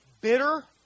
bitter